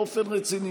באופן רציני,